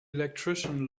electrician